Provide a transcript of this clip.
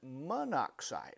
monoxide